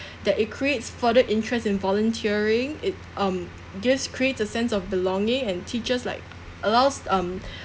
that it creates further interest in volunteering it um gives creates a sense of belonging and teach us like allows um